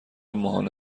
ماهانه